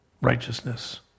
righteousness